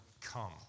come